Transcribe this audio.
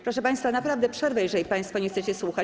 Proszę państwa, naprawdę przerwę, jeżeli państwo nie chcecie słuchać.